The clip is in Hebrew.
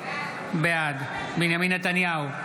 בעד בנימין נתניהו,